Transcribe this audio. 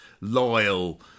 loyal